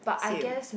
same